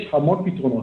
יש המון פתרונות,